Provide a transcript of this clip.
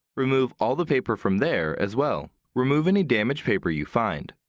remove all the paper from there as well. remove any damaged paper you find.